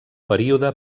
període